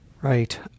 Right